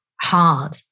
hard